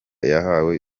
yahawe